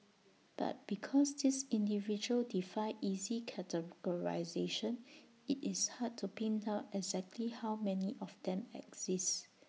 but because these individuals defy easy categorisation IT is hard to pin down exactly how many of them exist